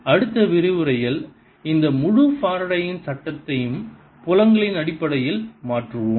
அடுத்த விரிவுரையில் இந்த முழு ஃபாரடேயின் சட்டத்தையும் புலங்களின் அடிப்படையில் மாற்றுவோம்